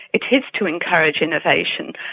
it is to encourage innovation,